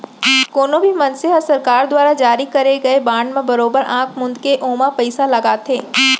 कोनो भी मनसे ह सरकार दुवारा जारी करे गए बांड म बरोबर आंखी मूंद के ओमा पइसा लगाथे